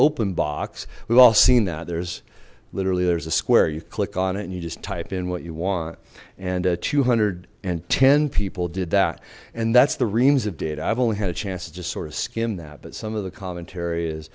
open box we've all seen that there's literally there's a square you click on it and you just type in what you want and two hundred and ten people did that and that's the reams of data i've only had a chance to just sort of skim that but some of the commentary